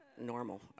normal